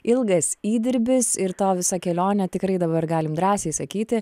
ilgas įdirbis ir tavo visa kelionė tikrai dabar galim drąsiai sakyti